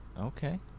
Okay